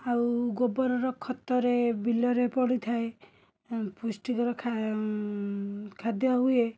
ଆଉ ଗୋବରର ଖତରେ ବିଲରେ ପଡ଼ିଥାଏ ପୁଷ୍ଟିକର ଖାଦ୍ୟ ହୁଏ